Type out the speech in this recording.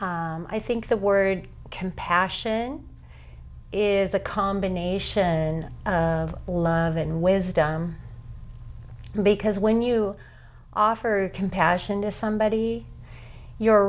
i think the word compassion is a combination of love and wisdom because when you offer compassion to somebody you